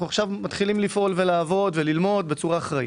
אנחנו עכשיו מתחילים לפעול וללמוד ולעבוד בצורה אחראית.